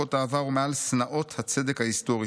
מחלוקות העבר ומעל שנאות 'הצדק ההיסטורי',